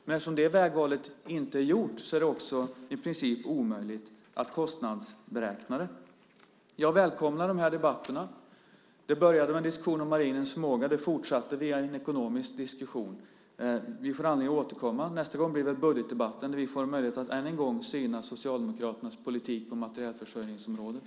Men eftersom det vägvalet inte är gjort är det också i princip omöjligt att kostnadsberäkna det. Jag välkomnar de här debatterna. Det började med en diskussion om marinens förmåga. Det fortsatte med en ekonomisk diskussion. Vi får anledning att återkomma. Nästa gång blir det i budgetdebatten, där vi får en möjlighet att än en gång syna Socialdemokraternas politik på materielförsörjningsområdet.